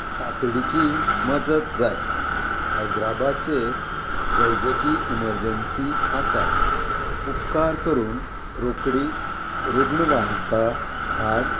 ताचडीची मजत जाय हैदराबादचेर वैजकी इमर्जंसी आसा उपकार करून रोखडीच रुग्णवाहिका धाड